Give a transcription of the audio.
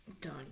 Done